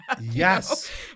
yes